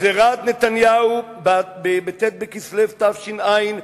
גזירת נתניהו בט' בכסלו תש"ע,